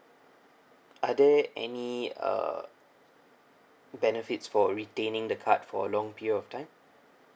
are there any uh benefits for retaining the card for long period of time